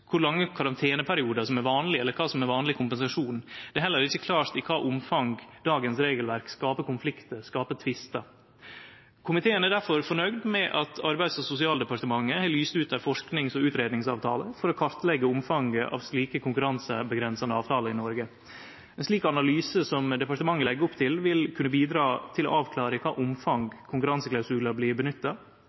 kor lange karanteneperiodar som er vanleg, eller kva som er vanleg kompensasjon. Det er heller ikkje klart i kva omfang dagens regelverk skapar konfliktar, skapar tvistar. Komiteen er difor fornøgd med at Arbeids- og sosialdepartementet har lyst ut ei forskings- og utgreiingsavtale for å kartleggje omfanget av slike konkurranseavgrensande avtaler i Noreg. Ein slik analyse som departementet legg opp til, vil kunne bidra til å avklare i kva omfang konkurranseklausular blir